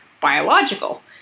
biological